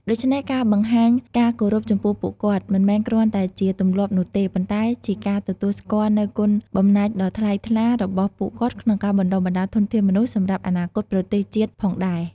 ដូច្នេះ ការបង្ហាញការគោរពចំពោះពួកគាត់ មិនមែនគ្រាន់តែជាទម្លាប់នោះទេ ប៉ុន្តែជាការទទួលស្គាល់នូវគុណបំណាច់ដ៏ថ្លៃថ្លារបស់ពួកគាត់ក្នុងការបណ្ដុះបណ្ដាលធនធានមនុស្សសម្រាប់អនាគតប្រទេសជាតិផងដែរ។